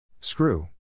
Screw